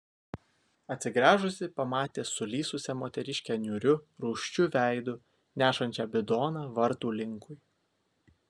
atsigręžusi pamatė sulysusią moteriškę niūriu rūsčiu veidu nešančią bidoną vartų linkui